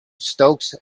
stokes